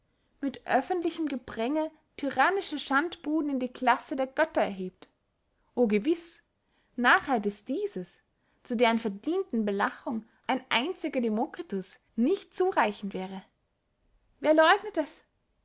mit öffentlichem gepränge tyrannische schandbuben in die classe der götter erhebt o gewiß narrheit ist dieses zu deren verdienten belachung ein einziger demokritus nicht zureichend wäre wer leugnet es